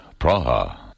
Praha